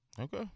okay